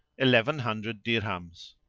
eleven hundred dirhams.